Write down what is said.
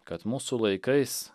kad mūsų laikais